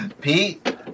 Pete